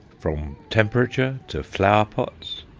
from temperature to flower-pots,